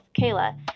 Kayla